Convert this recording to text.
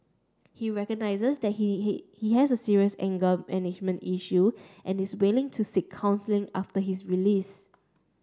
he recognizes that he he has serious anger management issue and is willing to seek counselling after his release